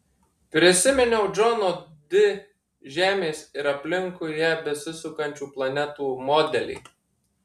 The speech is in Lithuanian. prisiminiau džono di žemės ir aplinkui ją besisukančių planetų modelį